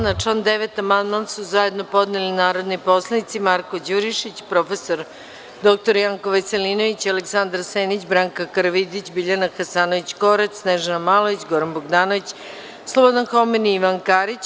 Na član 9. amandman su zajedno podneli narodni poslanici Marko Đurišić, prof. dr Janko Veselinović, Aleksandar Senić, Branka Karavidić, Biljana Hasanović Korać, Snežana Malović, Goran Bogdanović, Slobodan Homen, Ivan Karić.